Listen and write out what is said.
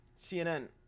CNN